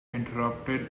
interrupted